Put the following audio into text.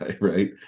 right